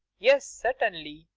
yes, certainly.